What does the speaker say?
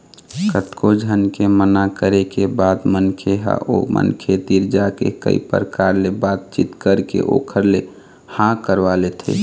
कतको झन के मना करे के बाद मनखे ह ओ मनखे तीर जाके कई परकार ले बात चीत करके ओखर ले हाँ करवा लेथे